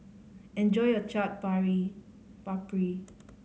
enjoy your Chaat Papri